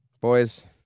Boys